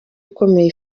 ikomeye